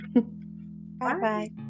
Bye-bye